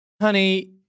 Honey